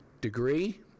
degree